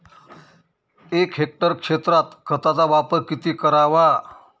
एक हेक्टर क्षेत्रात खताचा वापर किती करावा?